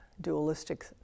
dualistic